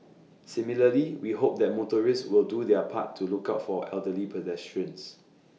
similarly we hope that motorists will do their part to look out for elderly pedestrians